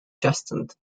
chastened